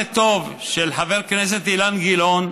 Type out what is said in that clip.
טוב של חבר הכנסת אילן גילאון,